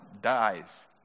dies